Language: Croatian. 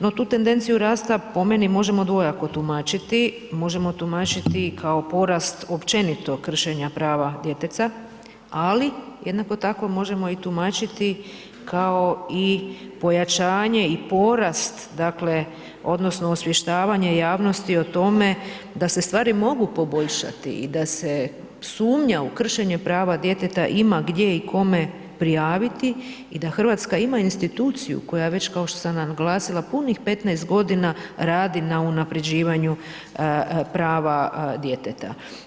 No tu tendenciju rasta po meni možemo dvojako tumačiti, možemo tumačiti kao porast općenito kršenja prava djeteta, ali jednako tako možemo i tumačiti kao i pojačanje i porast, dakle, odnosno, osvještavanje javnosti o tome, da se stvari mogu poboljšati i da se sumnja u kršenje prava djeteta ima gdje i kome prijaviti i da Hrvatska ima instituciju, koja već, kao što sam naglasila punih 15 g. radi na unapređivanju prava djeteta.